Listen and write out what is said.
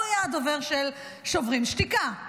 הוא היה דובר של שוברים שתיקה.